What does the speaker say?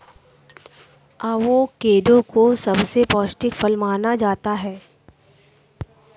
avocado को सबसे पौष्टिक फल माना जाता है